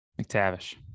McTavish